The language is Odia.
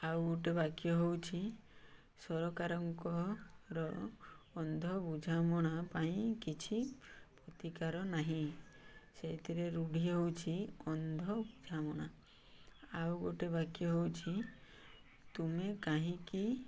ଆଉ ଗୋଟେ ବାକ୍ୟ ହଉଛି ସରକାରଙ୍କର ଅନ୍ଧ ବୁଝାମଣା ପାଇଁ କିଛି ପ୍ରତିକାର ନାହିଁ ସେଇଥିରେ ରୂଢ଼ି ହଉଛି ଅନ୍ଧ ବୁଝାମଣା ଆଉ ଗୋଟେ ବାକ୍ୟ ହେଉଛି ତୁମେ କାହିଁକି